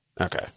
Okay